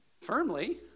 firmly